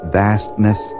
vastness